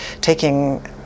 taking